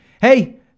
hey